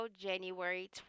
January